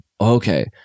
okay